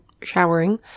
showering